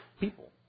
people